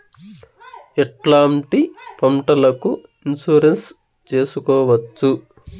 ఎట్లాంటి పంటలకు ఇన్సూరెన్సు చేసుకోవచ్చు?